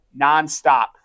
nonstop